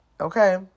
Okay